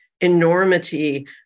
enormity